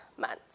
months